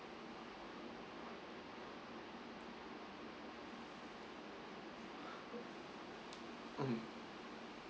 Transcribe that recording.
mm